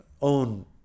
own